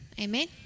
Amen